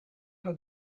how